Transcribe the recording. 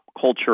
culture